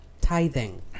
tithing